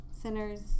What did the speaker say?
sinners